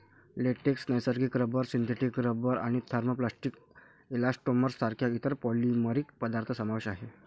latex, नैसर्गिक rubber, synthetic rubber आणि thermoplastic elastomers सारख्या इतर पॉलिमरिक पदार्थ समावेश आहे